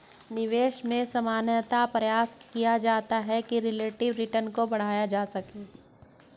निवेश में सामान्यतया प्रयास किया जाता है कि रिलेटिव रिटर्न को बढ़ाया जा सके